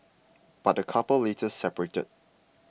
but the couple later separated